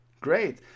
Great